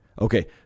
Okay